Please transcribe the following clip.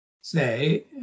say